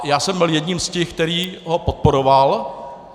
Já jsem byl jedním z těch, který ho podporoval.